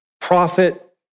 prophet